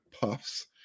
puffs